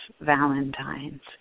Valentine's